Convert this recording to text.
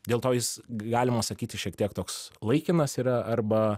dėl to jis galima sakyti šiek tiek toks laikinas yra arba